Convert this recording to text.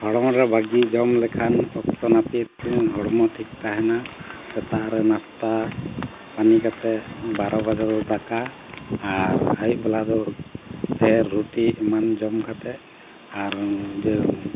ᱦᱚᱲᱢᱚ ᱨᱮ ᱵᱟᱹᱜᱤ ᱡᱚᱢ ᱞᱮᱠᱷᱟᱱ ᱚᱠᱛᱚ ᱱᱟᱹᱯᱤᱛ ᱦᱚᱲᱢᱚ ᱴᱷᱤᱠ ᱛᱟᱦᱮᱱᱟ ᱥᱮᱛᱟᱜ ᱨᱮ ᱱᱟᱥᱛᱟ ᱯᱟᱹᱱᱤ ᱠᱟᱛᱮᱫ ᱵᱟᱨᱚ ᱵᱟᱡᱮ ᱫᱚ ᱫᱟᱠᱟ ᱟᱨ ᱟᱹᱭᱩᱵ ᱵᱮᱞᱟ ᱫᱚ ᱯᱷᱮᱨ ᱨᱩᱴᱤ ᱮᱢᱟᱱ ᱡᱚᱢ ᱠᱟᱛᱮᱫ ᱟᱨ ᱡᱮ